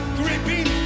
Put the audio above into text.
gripping